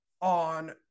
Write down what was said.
on